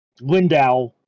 Lindau